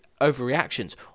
overreactions